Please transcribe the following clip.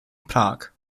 prag